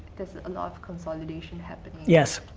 there's a lot of consolidation happening. yes.